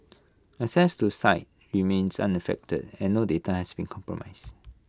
access to site remains unaffected and no data has been compromised